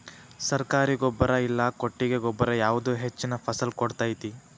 ಸರ್ಕಾರಿ ಗೊಬ್ಬರ ಇಲ್ಲಾ ಕೊಟ್ಟಿಗೆ ಗೊಬ್ಬರ ಯಾವುದು ಹೆಚ್ಚಿನ ಫಸಲ್ ಕೊಡತೈತಿ?